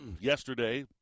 Yesterday